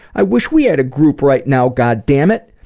i wish we had group right now, god damn it.